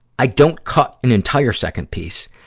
i don't cut an entire second piece.